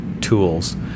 tools